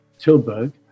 Tilburg